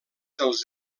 dels